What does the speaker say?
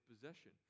possession